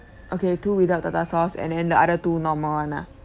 okay two without tartar sauce and then the other two normal [one] ah